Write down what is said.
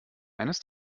eines